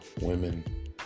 women